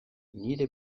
nire